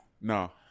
No